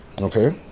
Okay